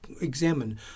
examine